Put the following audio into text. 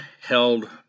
held